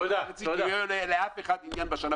עוד שנה וחצי לא יהיה לאף אחד עניין.